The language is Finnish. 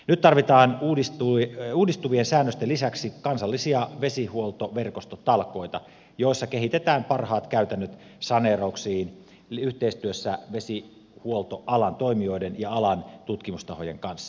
nyt tarvitaan uudistuvien säännösten lisäksi kansallisia vesihuoltoverkostotalkoita joissa kehitetään parhaat käytännöt saneerauksiin yhteistyössä vesihuoltoalan toimijoiden ja alan tutkimustahojen kanssa